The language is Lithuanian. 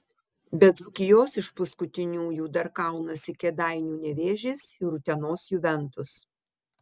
be dzūkijos iš paskutiniųjų dar kaunasi kėdainių nevėžis ir utenos juventus